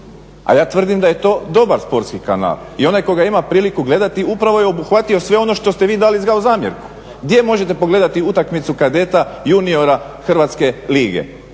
A ja tvrdim d je to dobar sportski kanal. I onaj tko ga ima priliku gledati upravo je obuhvatio sve ono što ste vi dali kao zamjerku. Gdje možete pogledati utakmicu kadeta juniora hrvatske lige,